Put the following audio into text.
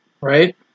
Right